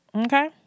Okay